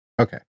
Okay